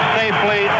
safely